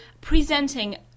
presenting